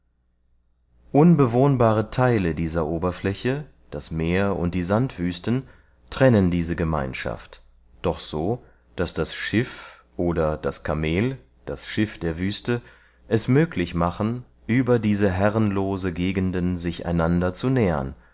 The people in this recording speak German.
unbewohnbare theile dieser oberfläche das meer und die sandwüsten trennen diese gemeinschaft doch so daß das schiff oder das kameel das schiff der wüste es möglich machen über diese herrenlose gegenden sich einander zu nähern